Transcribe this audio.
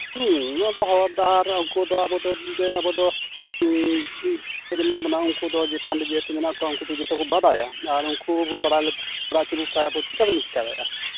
ᱦᱮᱸ ᱦᱚᱨ ᱰᱟᱦᱟᱨ ᱱᱤᱭᱟᱹ ᱫᱚ ᱩᱱᱠᱩ ᱫᱚ ᱟᱵᱚᱫᱚ ᱪᱮᱫ ᱢᱮᱱᱟᱜ ᱵᱚᱱᱟ ᱩᱱᱠᱩ ᱫᱚ ᱪᱮᱛᱟᱱ ᱨᱮ ᱡᱮᱦᱮᱛᱩ ᱢᱮᱱᱟᱜ ᱠᱚᱣᱟ ᱩᱱᱠᱩ ᱫᱚ ᱡᱚᱛᱚ ᱠᱚ ᱵᱟᱰᱟᱭᱟ ᱟᱨ ᱩᱱᱠᱩ ᱵᱟᱵᱚᱱ ᱵᱟᱲᱟᱭ ᱦᱚᱪᱚ ᱞᱮᱠᱚ ᱠᱷᱟᱱ ᱪᱤᱠᱟᱹ ᱛᱮᱵᱚᱱ ᱪᱤᱠᱟᱹ ᱫᱟᱲᱮᱭᱟᱜᱼᱟ